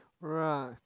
Right